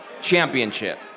championship